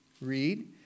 read